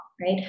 right